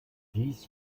dies